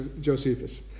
Josephus